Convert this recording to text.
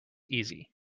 easy